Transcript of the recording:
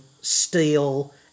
steel